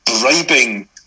bribing